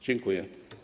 Dziękuję.